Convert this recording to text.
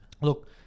Look